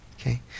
okay